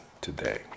today